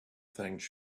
things